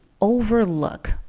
overlook